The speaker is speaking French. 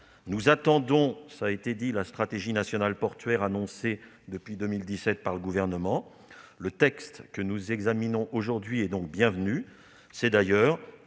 nous attendons la stratégie nationale portuaire annoncée depuis 2017 par le Gouvernement. Le texte que nous examinons aujourd'hui est donc bienvenu.